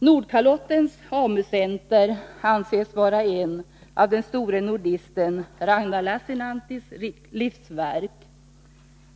Nordkalottens AMU-center anses vara ett av den store nordisten Ragnar Lassinanttis livsverk.